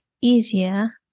easier